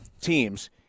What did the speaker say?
teams